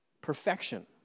perfection